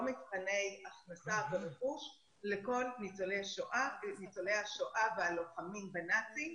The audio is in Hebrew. מבחני הכנסה ורכוש לכל ניצולי השואה והלוחמים בנאצים,